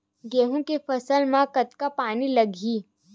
गेहूं के फसल म कतका पानी लगही?